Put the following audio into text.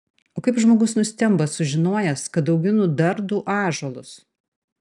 o kaip žmogus nustemba sužinojęs kad auginu dar du ąžuolus